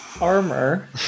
armor